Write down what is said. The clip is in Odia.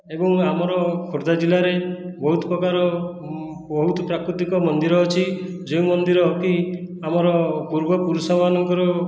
ଏବଂ ଆମର ଖୋର୍ଦ୍ଧା ଜିଲ୍ଲାରେ ବହୁତ ପ୍ରକାର ବହୁତ ପ୍ରାକୃତିକ ମନ୍ଦିର ଅଛି ଯେଉଁ ମନ୍ଦିରକି ଆମର ପୂର୍ବପୁରୁଷ ମାନଙ୍କର